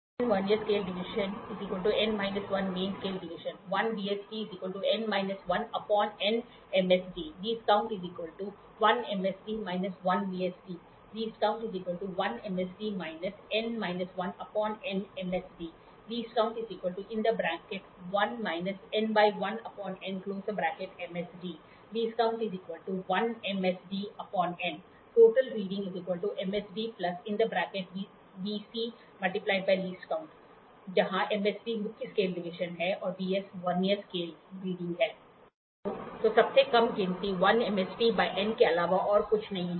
n Vernier Scale Division VSD Main Scale Division MSD n vernier scale प्रभाग V S D मुख्य स्केल प्रभाग MSD 1 VSD MSD Least Count 1 MSD - 1 VSD Least Count 1 MSD n−n1 MSD Least Count 1 MSD Least Count Total Reading MSD VC × LC कुल पठन MSD VC × LC जहाँ MSD मुख्य scale division VS vernier scale तो तो सबसे कम गिनती 1 MSD by n के अलावा और कुछ नहीं है